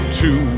two